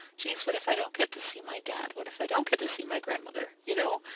jeez, what if i don't get to see my dad? what if i don't get to see my grandmother, you know?